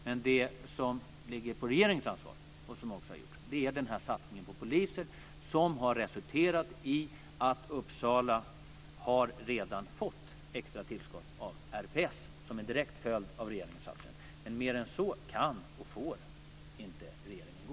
Men det som är regeringens ansvar och som också har gjorts är satsningen på poliser, som har resulterat i att Uppsala redan har fått extra tillskott av RPS som en direkt följd av regeringens satsning. Men längre än så kan och får inte regeringen gå.